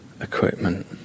equipment